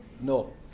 No